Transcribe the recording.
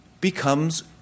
becomes